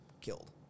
killed